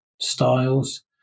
styles